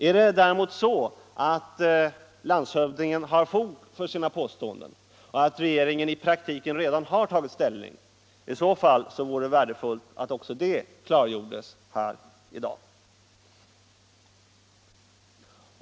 Är det däremot så att landshövdingen har fog för sina påståenden och att regeringen i praktiken redan har tagit ställning så vore det värdefullt att också detta klargjordes här i dag.